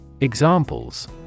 Examples